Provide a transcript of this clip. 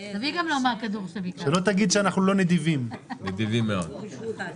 אז אנחנו ננסח את זה כהסתייגות אחת.